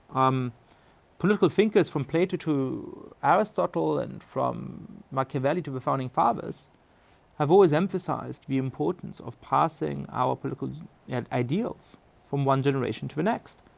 um political thinkers from plato to aristotle and from machiavelli to the founding fathers have always emphasized the importance of passing our political and ideals from one generation to the next.